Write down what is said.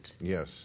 Yes